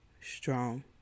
strong